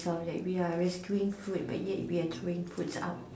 selves that we are rescuing food but yet we are throwing foods out